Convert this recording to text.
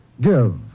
Give